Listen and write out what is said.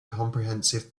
comprehensive